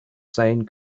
saying